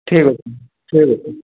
ଠିକ୍ ଅଛି ଠିକ୍ ଅଛି